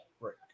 break